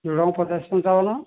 ଝୁଡ଼ଙ୍ଗ ପଚାଶ ପଞ୍ଚାବନ